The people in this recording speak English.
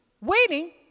waiting